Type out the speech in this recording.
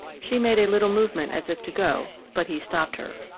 she made a little movement as if to go, but he stopped her.